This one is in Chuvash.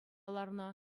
ларнӑ